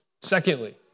Secondly